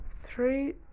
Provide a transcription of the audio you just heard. three